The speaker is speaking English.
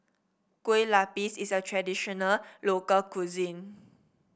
Kue Lupis is a traditional local cuisine